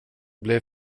blev